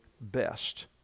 best